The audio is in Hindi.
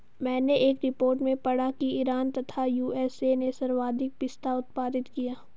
मैनें एक रिपोर्ट में पढ़ा की ईरान तथा यू.एस.ए ने सर्वाधिक पिस्ता उत्पादित किया